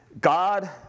God